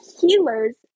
healers